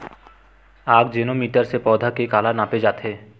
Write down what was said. आकजेनो मीटर से पौधा के काला नापे जाथे?